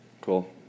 Cool